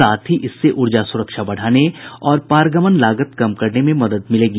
साथ ही इससे ऊर्जा सुरक्षा बढ़ाने और पारगमन लागत कम करने में मदद मिलेगी